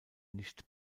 nicht